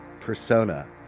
Persona